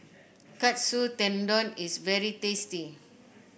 Katsu Tendon is very tasty